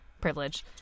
privilege